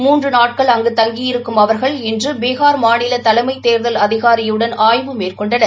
மூன்று நாட்கள் அங்கு தங்கியிருக்கும் அவாகள் இன்று பீகார் மாநில தலைமை தேர்தல் அதிகாரியுடன் ஆய்வு மேற்கொண்டனர்